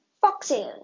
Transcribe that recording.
foxes